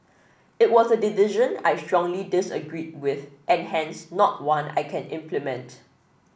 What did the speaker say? it was a decision I strongly disagreed with and hence not one I can implement